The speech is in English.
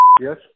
Yes